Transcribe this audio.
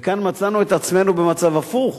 וכאן מצאנו את עצמנו במצב הפוך,